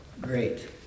Great